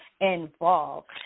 involved